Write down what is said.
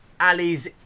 Ali's